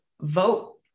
vote